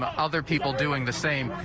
but other people doing the same.